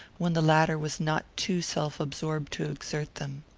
when the latter was not too self-absorbed to exert them.